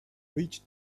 reached